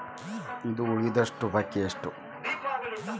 ಇಂದು ಉಳಿದಿರುವ ಬಾಕಿ ಎಷ್ಟು?